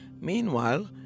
Meanwhile